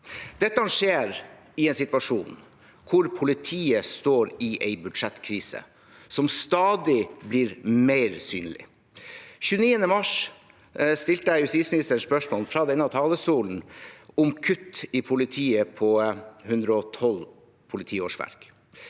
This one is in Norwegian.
Dette skjer i en situasjon hvor politiet står i en budsjettkrise, som stadig blir mer synlig. Den 29. mars stilte jeg justisministeren et spørsmål fra denne talerstolen om kutt i politiet på 112 politiårsverk.